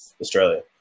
Australia